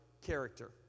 character